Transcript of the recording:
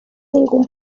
ningún